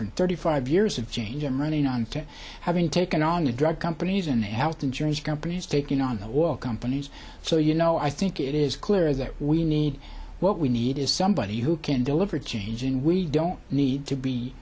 for thirty five years of change i'm running on to having taken on the drug companies and health insurance companies taking on the oil companies so you know i think it is clear that we need what we need is somebody who can deliver change and we don't need to be